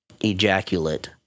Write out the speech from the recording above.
ejaculate